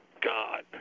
God